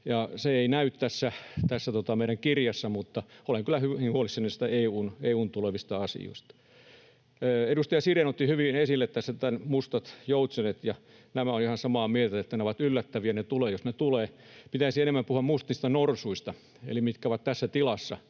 se ei näy tässä meidän kirjassa, mutta olen kyllä hyvin huolissani näistä EU:n tulevista asioista. Edustaja Sirén otti hyvin esille nämä mustat joutsenet, ja näistä olen ihan samaa mieltä, että ne ovat yllättäviä ja ne tulevat, jos ne tulevat. Pitäisi enemmän puhua mustista norsuista eli sellaisista, mitkä ovat tässä tilassa